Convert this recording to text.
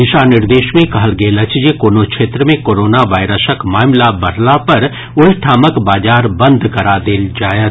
दिशा निर्देश मे कहल गेल अछि जे कोनो क्षेत्र मे कोरोना वायरसक मामिला बढ़ला पर ओहि ठामक बाजार बंद करा देल जायत